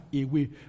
away